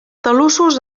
talussos